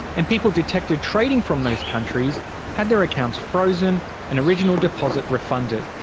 and people detected trading from those countries had their accounts frozen and original deposit refunded,